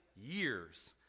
years